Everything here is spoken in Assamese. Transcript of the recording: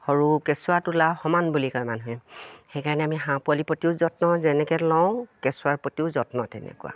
সৰু কেঁচুৱা তোলা সমান বুলি কয় মানুহে সেইকাৰণে আমি হাঁহ পোৱালি প্ৰতিও যত্ন যেনেকৈ লওঁ কেঁচুৱাৰ প্ৰতিও যত্ন তেনেকুৱা